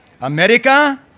America